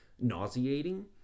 nauseating